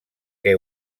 que